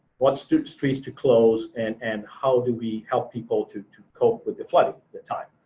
what streets streets to close, and and how do we help people to to cope with the flooding at the time.